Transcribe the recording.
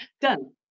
Done